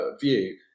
view